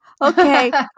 okay